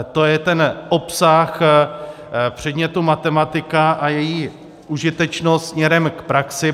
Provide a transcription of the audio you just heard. To je ten obsah předmětu matematika a její užitečnost směrem k praxi.